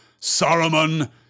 Saruman